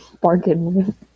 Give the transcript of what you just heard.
bargain